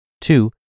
Two